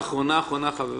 מכללא, במשתמע.